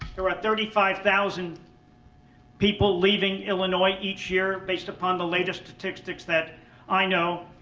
there are thirty five thousand people leaving illinois each year based upon the latest statistics that i know.